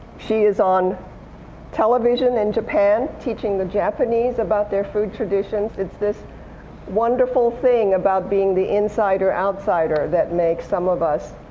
she is on television in japan teaching the japanese about their food traditions. it's this wonderful thing about being the insider-outsider that makes some of us